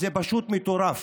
זה פשוט מטורף.